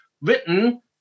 written